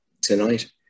tonight